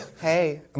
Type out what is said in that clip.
Hey